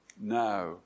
now